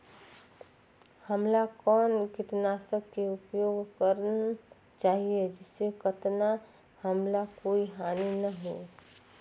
हमला कौन किटनाशक के उपयोग करन चाही जिसे कतना हमला कोई हानि न हो?